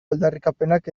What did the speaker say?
aldarrikapenak